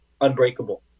unbreakable